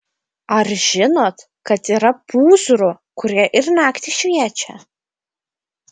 ar žinot kad yra pūzrų kurie ir naktį šviečia